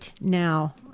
now